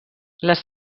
les